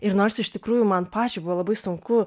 ir nors iš tikrųjų man pačiai buvo labai sunku